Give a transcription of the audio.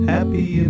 Happy